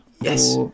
Yes